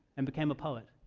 and became a poet.